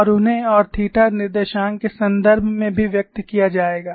और उन्हें और थीटा निर्देशांक के संदर्भ में भी व्यक्त किया जाएगा